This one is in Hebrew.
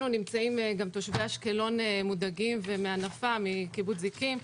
אתנו נמצאים גם תושבי אשקלון והנפה מקיבוץ זיקים מודאגים.